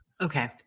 Okay